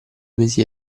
mesi